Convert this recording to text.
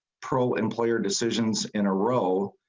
pro employer decisions in a row.